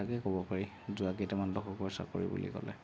তাকে ক'ব পাৰি যোৱা কেইটামান দশকৰ চাকৰি বুলি ক'লে